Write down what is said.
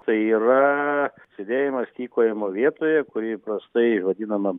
tai yra sėdėjimas tykojimo vietoje kuri įprastai vadinama